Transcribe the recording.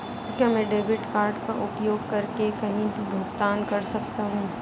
क्या मैं debit card का उपयोग करके कहीं भी भुगतान कर सकता हूं?